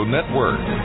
Network